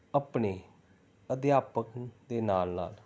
ਆਪਣੇ ਅਧਿਆਪਕ ਦੇ ਨਾਲ ਨਾਲ